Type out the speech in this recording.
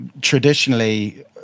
Traditionally